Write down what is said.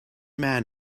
man